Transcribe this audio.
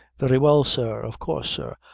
very well, sir. of course, sir.